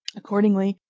accordingly,